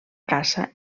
caça